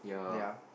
ya